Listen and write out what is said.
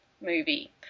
movie